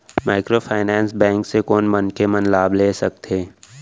Microfinance bank से कोन मनखे मन लाभ ले सकथे?